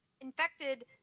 infected